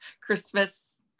Christmas